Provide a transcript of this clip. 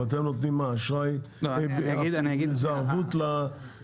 ומה אתם נותנים, ערבות למה?